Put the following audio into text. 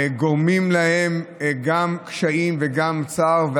גורמים להן גם קשיים וגם צער.